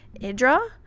Idra